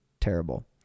terrible